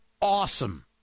awesome